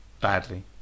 Badly